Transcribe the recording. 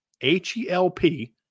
H-E-L-P